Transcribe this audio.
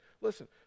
Listen